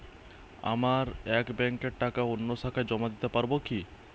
আমার এক ব্যাঙ্কের টাকা অন্য শাখায় জমা দিতে পারব কি?